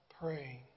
praying